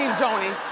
joanie.